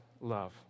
love